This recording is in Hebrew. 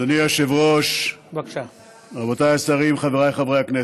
אדוני היושב-ראש, רבותיי השרים, חבריי חברי הכנסת,